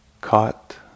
Caught